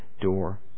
door